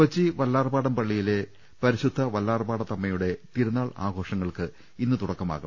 കൊച്ചി വല്ലാർപാടം പള്ളിയിലെ പരിശുദ്ധ വല്ലാർപാട ത്തമ്മയുടെ തിരുനാൾ ആഘോഷങ്ങൾക്ക് ഇന്ന് തുടക്കമാവും